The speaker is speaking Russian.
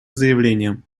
заявлением